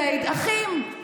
ציד אחים.